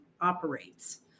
operates